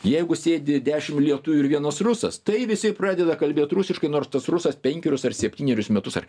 jeigu sėdi dešimt lietuvių ir vienas rusas tai visi pradeda kalbėt rusiškai nors tas rusas penkerius ar septynerius metus ar